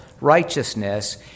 righteousness